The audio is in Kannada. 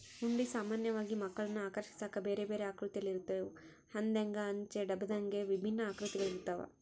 ಹುಂಡಿ ಸಾಮಾನ್ಯವಾಗಿ ಮಕ್ಕಳನ್ನು ಆಕರ್ಷಿಸಾಕ ಬೇರೆಬೇರೆ ಆಕೃತಿಯಲ್ಲಿರುತ್ತವ, ಹಂದೆಂಗ, ಅಂಚೆ ಡಬ್ಬದಂಗೆ ವಿಭಿನ್ನ ಆಕೃತಿಗಳಿರ್ತವ